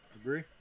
agree